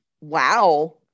wow